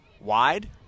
Wide